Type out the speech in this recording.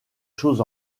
choses